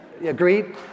Agreed